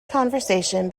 conversation